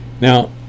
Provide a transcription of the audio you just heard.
Now